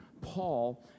Paul